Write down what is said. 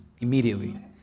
immediately